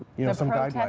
you know sometimes yeah